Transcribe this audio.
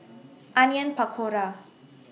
Onion Pakora